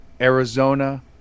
Arizona